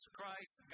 Christ